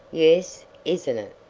yes, isn't it?